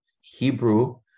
hebrew